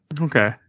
Okay